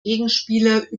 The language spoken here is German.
gegenspieler